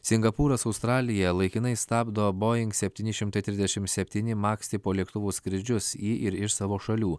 singapūras australija laikinai stabdo boing septyni šimtai trisdešimt septyni maks tipo lėktuvų skrydžius į ir iš savo šalių